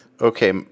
Okay